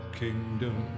kingdom